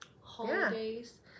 holidays